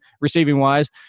receiving-wise